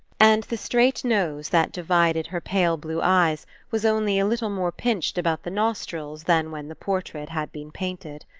and the straight nose that divided her pale blue eyes was only a little more pinched about the nostrils than when the portrait had been painted.